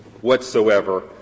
whatsoever